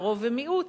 ורוב ומיעוט,